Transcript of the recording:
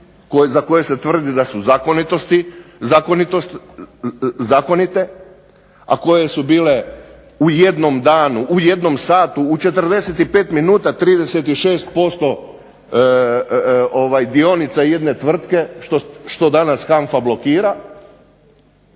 za koje se tvrdi da su zakonite, a koje su bile u jednom danu, u jednom satu, u 45 min. 36% dionica jedne tvrtke što danas HANFA blokira,